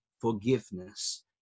forgiveness